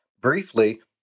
briefly